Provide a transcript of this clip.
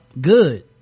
good